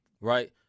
Right